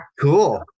Cool